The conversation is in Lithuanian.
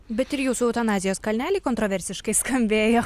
bet ir jūsų eutanazijos kalneliai kontroversiškai skambėjo